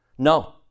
No